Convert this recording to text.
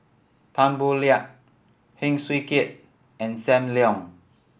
Tan Boo Liat Heng Swee Keat and Sam Leong